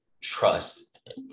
trust